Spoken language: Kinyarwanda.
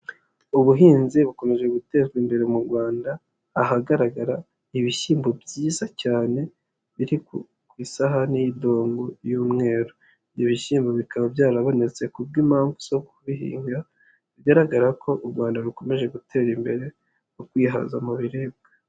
Ubuhinzi bukomeje gutezwa imbere mu Rwanda, ahagaragara ibishyimbo byiza cyane biri ku isahani y'idongo y'umweru. Ibi bishyimbo bikaba byarabonetse kubw'impamvu zo kubihinga, bigaragara ko u Rwanda rukomeje gutera imbere mu kwihaza mu biribwa.